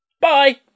Bye